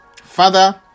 Father